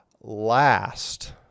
last